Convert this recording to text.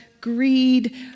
greed